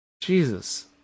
Jesus